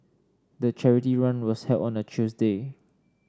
the charity run was held on a Tuesday